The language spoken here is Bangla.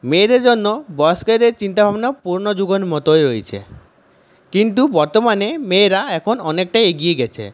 মেয়েদের জন্য বয়স্কদের চিন্তাভাবনা পুরনো যুগের মতোই রয়েছে কিন্তু বর্তমানে মেয়েরা এখন অনেকটাই এগিয়ে গেছে